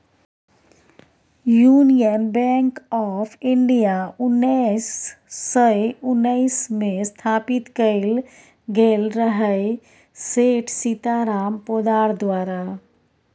union Bank of India उन्नैस सय उन्नैसमे स्थापित कएल गेल रहय सेठ सीताराम पोद्दार द्वारा